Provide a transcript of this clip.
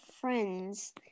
friends